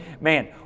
Man